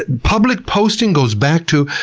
public posting goes back to,